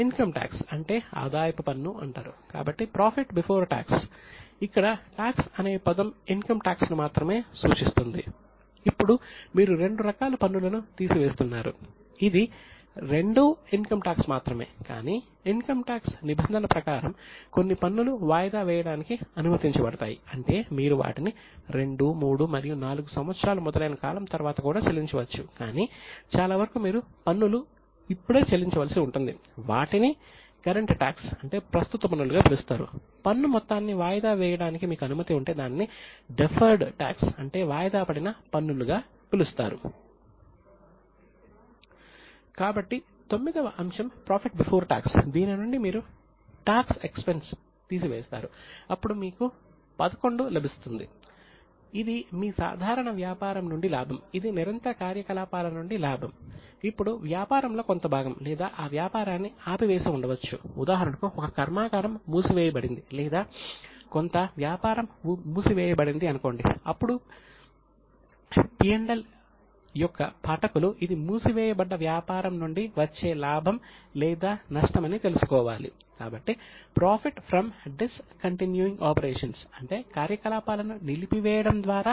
కాబట్టి మీరు ఇక్కడ టాక్స్ ఎక్స్పెన్స్ అంటే వాయిదాపడిన పన్నులుగా పిలుస్తారు